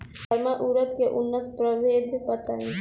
गर्मा उरद के उन्नत प्रभेद बताई?